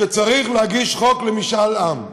שצריך להגיש חוק למשאל עם,